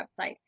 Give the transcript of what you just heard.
website